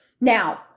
Now